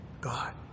God